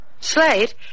Slate